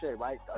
right